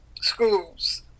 schools